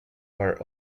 are